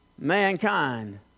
mankind